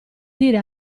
dire